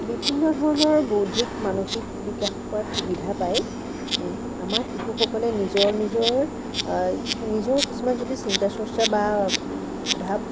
বিভিন্ন ধৰণৰ বৌদ্ধিক মানসিক বিকাশ কৰাত সুবিধা পায় আমাৰ শিশুসকলে নিজৰ নিজৰ নিজৰ কিছুমান যিটো চিন্তা চৰ্চা বা ভাব